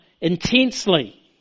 intensely